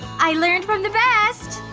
i learned from the best!